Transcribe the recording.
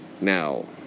Now